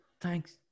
thanks